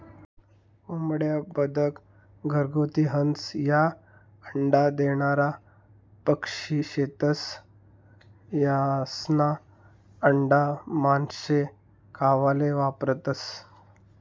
कोंबड्या, बदक, घरगुती हंस, ह्या अंडा देनारा पक्शी शेतस, यास्ना आंडा मानशे खावाले वापरतंस